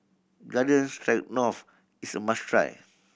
Garden Stroganoff is a must try